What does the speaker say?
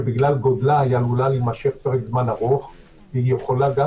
שבגלל גודלה עלולה להימשך פרק זמן ארוך והיא יכולה גם